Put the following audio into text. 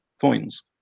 coins